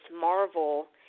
Marvel